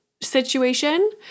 situation